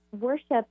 worship